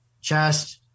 chest